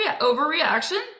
overreaction